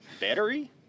Battery